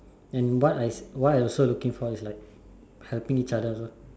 and what I what I also looking for is like helping each other also